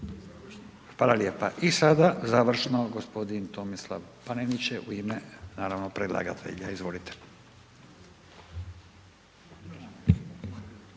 Hvala lijepa. I sada završno gospodin Tomislav Panenić u ime naravno predlagatelja . Izvolite.